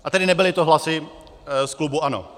A tedy nebyly to hlasy z klubu ANO.